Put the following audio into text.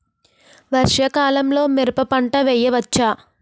వర్షాకాలంలో మిరప పంట వేయవచ్చా?